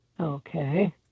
Okay